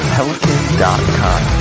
Pelican.com